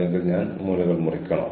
ഇതാണ് ഞാൻ ഇവിടെ ചെയ്യുന്നത്